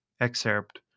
excerpt